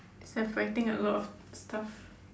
a lot of it's tough